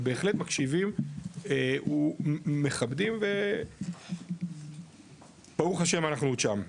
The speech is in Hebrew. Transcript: אבל בהחלט מקשיבים ומכבדים וברוך השם אנחנו עוד שם.